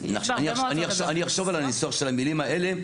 אני אחשוב על הניסוח של המילים האלה,